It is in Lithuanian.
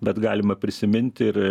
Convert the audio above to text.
bet galima prisiminti ir